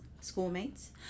schoolmates